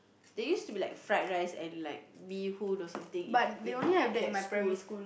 there used to be like fried rice and like bee-hoon or something in in that school